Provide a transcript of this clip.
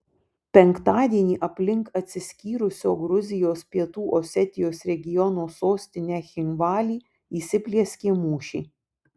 penktadienį aplink atsiskyrusio gruzijos pietų osetijos regiono sostinę cchinvalį įsiplieskė mūšiai